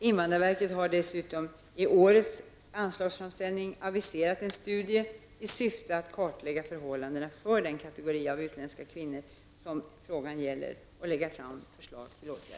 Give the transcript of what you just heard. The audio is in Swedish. Invandrarverket har dessutom i årets anslagsframställning aviserat en studie i syfte att kartlägga förhållandena för den kategori utländska kvinnor som frågan gäller och lägga fram förslag till åtgärder.